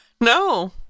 No